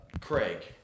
Craig